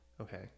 Okay